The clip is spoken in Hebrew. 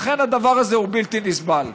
לכן, הדבר הזה הוא בלתי נסבל.